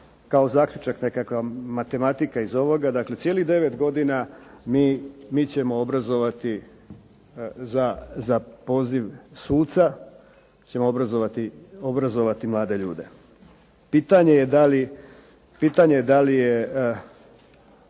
kao zaključak nekakav, matematika. Dakle, cijelih 9 godina mi ćemo obrazovati za poziv suda ćemo obrazovati mlade ljude. Pitanje je da li je